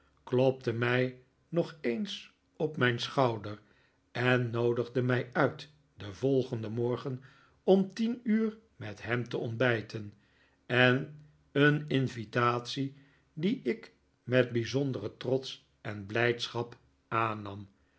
klopte mij nog eens op mijn schouder en noodigde mij uit den volgenden morgen om tien uur met hem te ontbijten een invitatie die ik met bijzonderen trots en blijdschap aannam